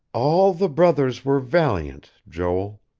all the brothers were valiant joel.